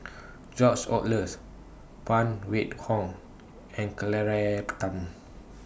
George Oehlers Phan Wait Hong and Claire Tham